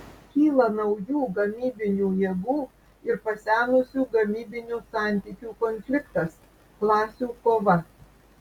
kyla naujų gamybinių jėgų ir pasenusių gamybinių santykių konfliktas klasių kova